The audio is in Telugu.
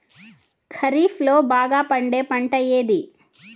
ఖరీఫ్ లో బాగా పండే పంట ఏది?